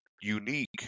unique